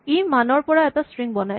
ই মান ৰ পৰা এটা স্ট্ৰিং বনায়